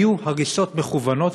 היו הריסות מכוונות.